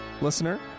listener